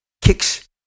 kicks